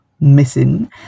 missing